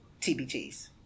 TBGs